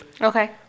Okay